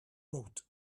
wrote